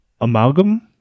Amalgam